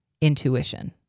intuition